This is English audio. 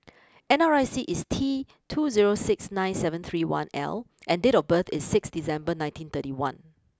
N R I C is T two zero six nine seven three one L and date of birth is six December nineteen thirty one